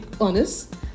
honest